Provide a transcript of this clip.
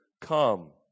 come